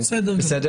זאת